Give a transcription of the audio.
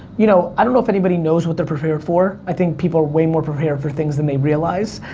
you know, i don't know if anybody knows what they're prepared for, for, i think people are way more prepared for things than they realize,